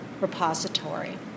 repository